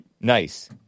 Nice